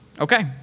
Okay